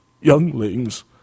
younglings